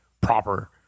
proper